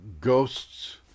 ghosts